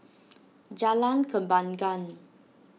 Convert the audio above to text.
Jalan Kembangan